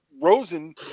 Rosen